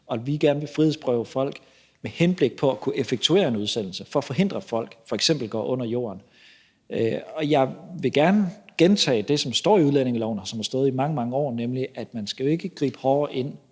vi vil gerne frihedsberøve folk med henblik på at kunne effektuere en udsendelse for at forhindre, at folk f.eks. går under jorden. Jeg vil gerne gentage det, der står i udlændingeloven, og som har stået der i mange, mange år, nemlig at man jo ikke skal gribe hårdere ind,